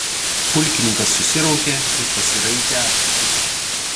pulkininkas susiraukė ir pasiraitę ūsus